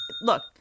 look